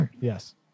yes